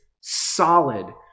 solid